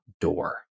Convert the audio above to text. door